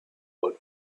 hold